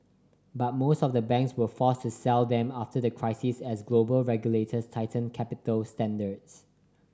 but most of the banks were forced to sell them after the crisis as global regulators tightened capital standards